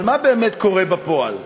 אבל מה באמת קורה בפועל?